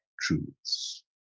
truths